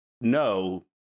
no